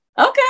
Okay